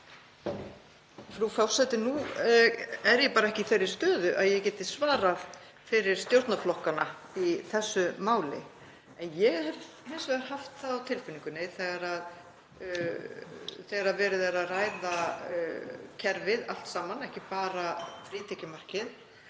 Frú forseti. Nú er ég ekki í þeirri stöðu að ég geti svarað fyrir stjórnarflokkana í þessu máli. Ég hef hins vegar haft það á tilfinningunni, þegar verið er að ræða kerfið allt, ekki bara frítekjumarkið,